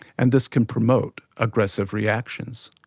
and this can promote aggressive reactions.